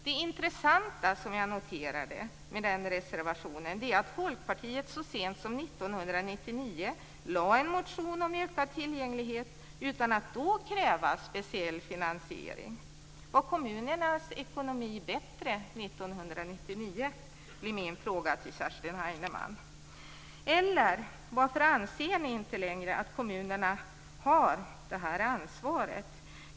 Det intressanta som jag noterade med den reservationen är att Folkpartiet så sent som 1999 väckte en motion om ökad tillgänglighet utan att kräva någon speciell finansiering. Var kommunernas ekonomi bättre 1999? Det är min fråga till Kerstin Heinemann. Eller varför anser ni inte längre att kommunerna har det här ansvaret?